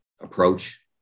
approach